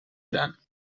gran